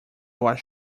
was